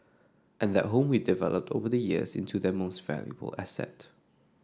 and that home we developed over the years into their most valuable asset